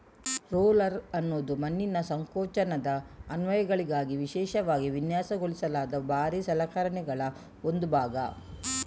roller ಅನ್ನುದು ಮಣ್ಣಿನ ಸಂಕೋಚನದ ಅನ್ವಯಗಳಿಗಾಗಿ ವಿಶೇಷವಾಗಿ ವಿನ್ಯಾಸಗೊಳಿಸಲಾದ ಭಾರೀ ಸಲಕರಣೆಗಳ ಒಂದು ಭಾಗ